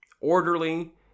orderly